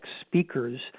speakers